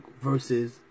versus